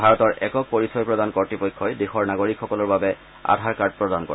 ভাৰতৰ একক পৰিচয় প্ৰদান কৰ্ত্তপক্ষই দেশৰ নাগৰিকসকলৰ বাবে আধাৰ কাৰ্ড প্ৰদান কৰে